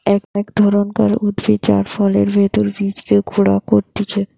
এক ধরণকার উদ্ভিদ যার ফলের ভেতরের বীজকে গুঁড়া করতিছে